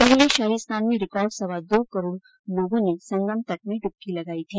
पहले शाही स्नान में रिकार्ड सवा दो करोड़ लोगों ने संगम तट में ड्बकी लगाई थी